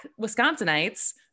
Wisconsinites